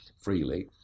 freely